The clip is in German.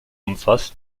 umfasst